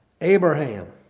Abraham